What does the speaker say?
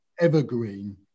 evergreen